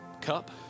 cup